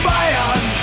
Bayern